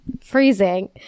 freezing